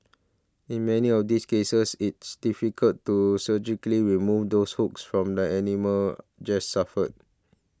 in many of these cases it's difficult to surgically remove those hooks from the animals just suffer